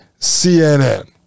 CNN